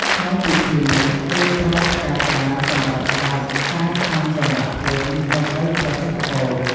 ក្នុងពិធីនេះ គេប្រើផ្កាស្លាសម្រាប់បាចសាចតាមចង្វាក់ភ្លេង ដើម្បីប្រសិទ្ធពរ។